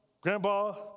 grandpa